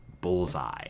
Bullseye